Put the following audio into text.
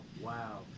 wow